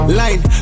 line